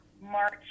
March